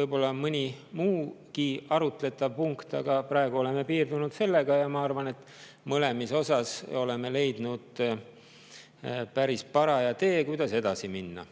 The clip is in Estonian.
võib-olla mõni muugi arutlust [vajav] punkt, aga praegu oleme piirdunud sellega. Ja ma arvan, et mõlemas osas oleme leidnud päris paraja tee, kuidas edasi minna.